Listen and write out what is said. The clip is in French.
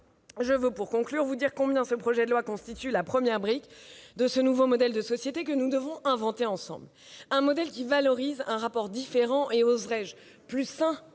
Je veux, pour conclure, vous dire combien ce projet de loi constitue la première brique du nouveau modèle de société que nous devons inventer ensemble : un modèle qui valorise un rapport différent et, oserai-je dire, plus sain,